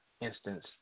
instance